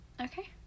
Okay